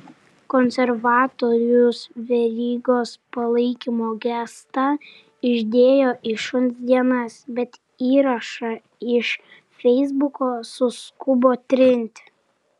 konservatorius verygos palaikymo gestą išdėjo į šuns dienas bet įrašą iš feisbuko suskubo trinti